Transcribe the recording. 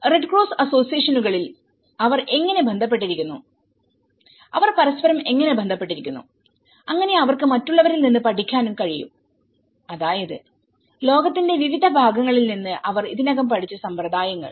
red Cross അസോസിയേഷനുകളിൽഅവർ എങ്ങനെ ബന്ധപ്പെട്ടിരിക്കുന്നു അവർ പരസ്പരം എങ്ങനെ ബന്ധപ്പെട്ടിരിക്കുന്നു അങ്ങനെ അവർക്ക് മറ്റുള്ളവരിൽ നിന്ന് പഠിക്കാൻ കഴിയുംഅതായത് ലോകത്തിന്റെ വിവിധ ഭാഗങ്ങളിൽ നിന്ന് അവർ ഇതിനകം പഠിച്ച സമ്പ്രദായങ്ങൾ